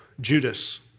Judas